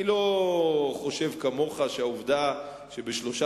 אני לא חושב כמוך שהעובדה שבשלושה